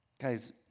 Guys